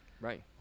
right